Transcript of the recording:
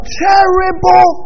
terrible